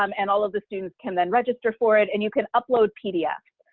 um and all of the students can then register for it, and you can upload pdfs,